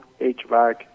HVAC